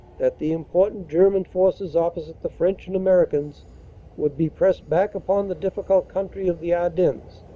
that the important german forces opposite the french and ameri cans would be pressed back upon the difficult country of the ardennes,